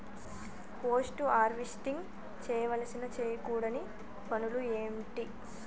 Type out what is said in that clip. Post harvesting చేయవలసిన చేయకూడని పనులు ఏంటి?